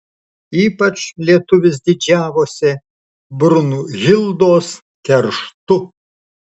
ypač lietuvis didžiavosi brunhildos kerštu